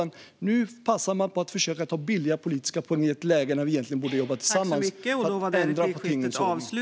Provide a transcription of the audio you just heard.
Nu passar man på att försöka ta billiga poäng i ett läge när vi egentligen borde jobba tillsammans för att ändra tingens ordning.